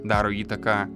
daro įtaką